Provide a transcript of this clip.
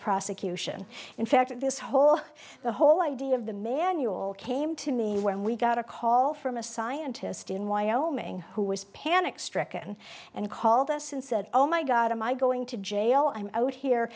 prosecution in fact this whole the whole idea of the manual came to me when we got a call from a scientist in wyoming who was panic stricken and called us and said oh my god am i going to jail i'm out here